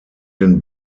den